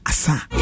Asa